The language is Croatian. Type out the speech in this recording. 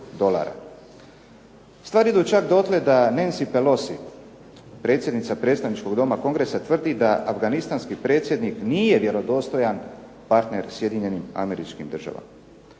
Stvari idu čak dotle da Nancy Pelosi predsjednica predsjedničkog Doma kongresa tvrdi da afganistanski predsjednik nije vjerodostojan partner SAD. A američki ministar